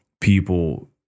people